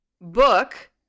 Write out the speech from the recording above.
book